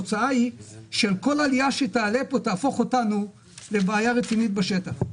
כל עלייה שתעלה פה תהפוך אותנו לבעיה רצינית בשטח.